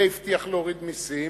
והבטיח להוריד מסים,